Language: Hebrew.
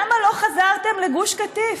למה לא חזרתם לגוש קטיף?